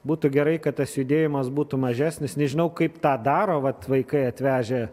būtų gerai kad tas judėjimas būtų mažesnis nežinau kaip tą daro vat vaikai atvežę